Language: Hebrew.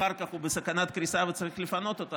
אחר כך הוא בסכנת קריסה וצריך לפנות אותו,